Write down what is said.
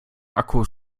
akkus